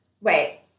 Wait